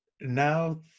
now